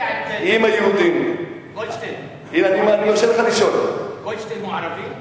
גולדשטיין הוא ערבי?